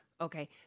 Okay